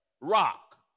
rock